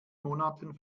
monaten